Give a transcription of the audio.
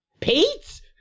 pete